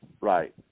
right